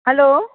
hello